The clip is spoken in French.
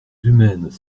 humaines